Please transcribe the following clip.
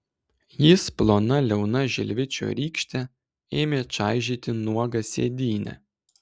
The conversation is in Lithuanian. jis plona liauna žilvičio rykšte ėmė čaižyti nuogą sėdynę